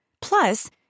Plus